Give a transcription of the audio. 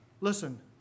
listen